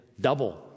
double